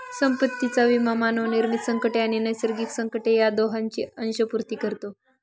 संपत्तीचा विमा मानवनिर्मित संकटे आणि नैसर्गिक संकटे या दोहोंची अंशपूर्ती करतो